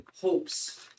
hopes